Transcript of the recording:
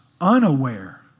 unaware